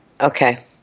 Okay